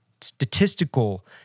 statistical